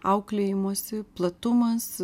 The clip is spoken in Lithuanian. auklėjimosi platumas